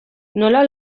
nola